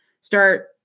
start